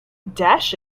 dash